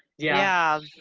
yeah.